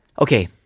Okay